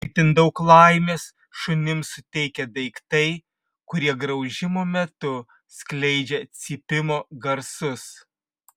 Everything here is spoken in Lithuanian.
itin daug laimės šunims suteikia daiktai kurie graužimo metu skleidžia cypimo garsus